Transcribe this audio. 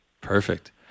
Perfect